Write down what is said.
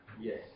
Yes